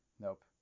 Nope